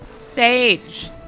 Sage